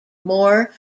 more